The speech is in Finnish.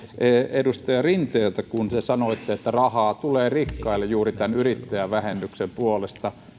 edustaja rinteeltä kun te sanoitte että rahaa tulee rikkaille juuri tämän yrittäjävähennyksen puolesta